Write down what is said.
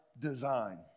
design